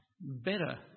better